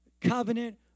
covenant